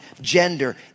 gender